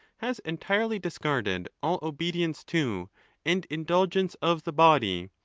has entirely discarded all obedience to and indulgence of the body,